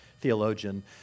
theologian